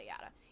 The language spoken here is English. yada